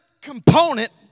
component